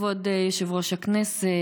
כבוד יושב-ראש הכנסת,